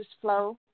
Flow